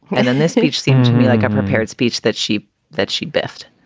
and then this speech seemed to me like a prepared speech that she that she best.